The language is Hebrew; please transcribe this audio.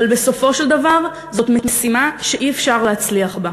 אבל בסופו של דבר זאת משימה שאי-אפשר להצליח בה.